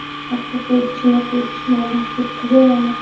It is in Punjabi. ਆਪਾਂ ਕੁਛ ਨਾ ਕੁਛ ਨਵਾਂ ਸਿੱਖਦੇ ਹਾਂ